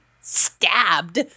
stabbed